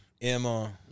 Emma